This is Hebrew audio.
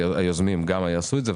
היוזמים גם יעשו את זה,